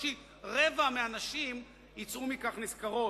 בקושי רבע מהנשים יצאו מכך נשכרות.